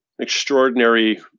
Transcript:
extraordinary